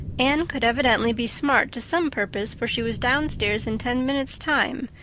anne could evidently be smart to some purpose for she was down-stairs in ten minutes' time,